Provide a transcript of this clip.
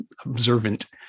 observant